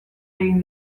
egin